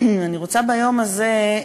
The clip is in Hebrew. אני רוצה ביום הזה,